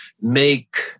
make